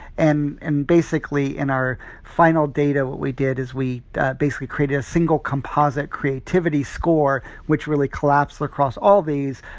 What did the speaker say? and and basically, in our final data, what we did is we basically created a single composite creativity score, which really collapsed across all these,